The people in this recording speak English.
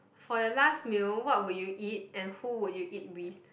for your last meal what would you eat and who would you eat with